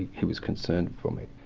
he was concerned for me.